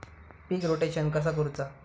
पीक rotation कसा करूचा?